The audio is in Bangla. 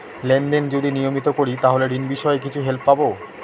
লেন দেন যদি নিয়মিত করি তাহলে ঋণ বিষয়ে কিছু হেল্প পাবো?